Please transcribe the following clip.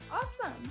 Awesome